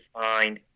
find